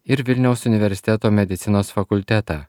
ir vilniaus universiteto medicinos fakultetą